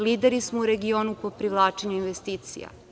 Lideri smo u regionu po privlačenju investicija.